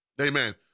Amen